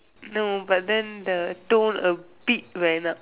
no but then the tone a bit went up